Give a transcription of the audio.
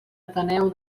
ateneu